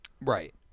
Right